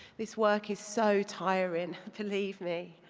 this work is so tiring, believe me.